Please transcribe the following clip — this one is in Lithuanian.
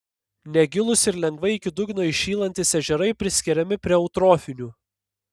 negilūs ir lengvai iki dugno įšylantys ežerai priskiriami prie eutrofinių